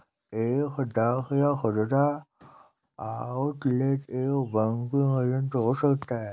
एक डाक या खुदरा आउटलेट एक बैंकिंग एजेंट हो सकता है